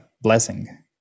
blessing